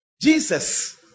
Jesus